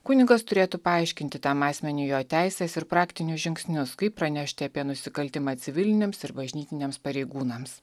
kunigas turėtų paaiškinti tam asmeniui jo teises ir praktinius žingsnius kaip pranešti apie nusikaltimą civiliniams ir bažnytiniams pareigūnams